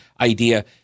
idea